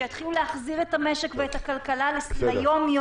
שיתחילו להחזיר את המשק ואת הכלכלה ליומיום,